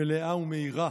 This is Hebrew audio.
מלאה ומהירה,